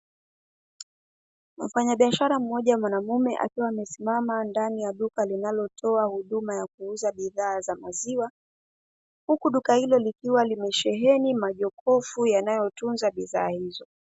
Mfanyabiashara mmoja mwanaume akiwa amesimama ndani ya duka linalotoa huduma ya kuuza bidhaa za maziwa, huku duka hilo likiwa limesheheni majokofu yanayotunza bidhaa hizo.